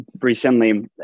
recently